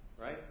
right